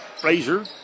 Frazier